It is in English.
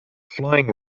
flying